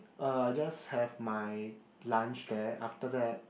uh I just have my lunch there after that